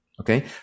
okay